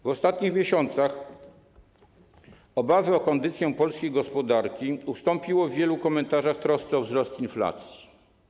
W ostatnich miesiącach tego już roku obawy o kondycję polskiej gospodarki ustąpiły w wielu komentarzach trosce o wzrost inflacji.